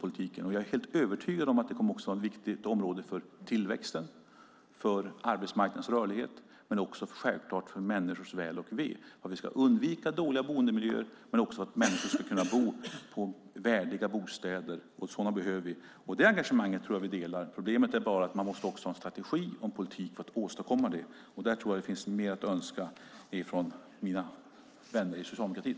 Jag är övertygad om att det kommer att vara ett viktigt område också för tillväxten, för arbetsmarknadens rörlighet och självklart för människors väl och ve. Vi ska undvika dåliga boendemiljöer. Människor ska bo i värdiga bostäder, och sådana behövs. Detta engagemang delar vi, men man måste ha en strategi och en politik för att åstadkomma något. Här finns det mer att önska av mina vänner i socialdemokratin.